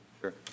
Sure